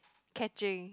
catching